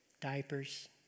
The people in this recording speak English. diapers